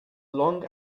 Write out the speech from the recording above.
long